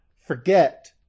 forget